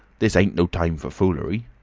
this ain't no time for foolery.